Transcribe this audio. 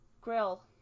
grill